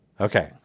Okay